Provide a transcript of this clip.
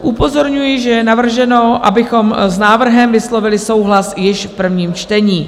Upozorňuji, že je navrženo, abychom s návrhem vyslovili souhlas již prvním čtení.